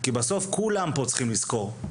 כי בסוף כולם צריכים לזכור,